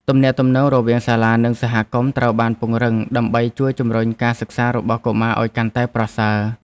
ទំនាក់ទំនងរវាងសាលានិងសហគមន៍ត្រូវបានពង្រឹងដើម្បីជួយជំរុញការសិក្សារបស់កុមារឱ្យកាន់តែប្រសើរ។